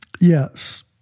Yes